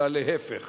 אלא להיפך,